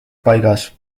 paigas